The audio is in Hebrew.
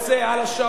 על השעון,